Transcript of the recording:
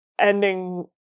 ending